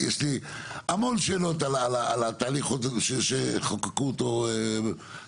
יש לי המון שאלות על התהליך שחוקקו אותו קודם.